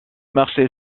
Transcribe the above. marché